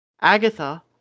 Agatha